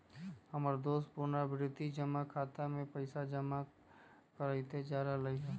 हमर दोस पुरनावृति जमा खता में पइसा जमा करइते जा रहल हइ